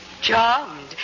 charmed